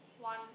one